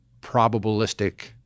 probabilistic